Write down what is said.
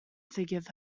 forgive